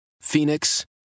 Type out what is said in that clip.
Phoenix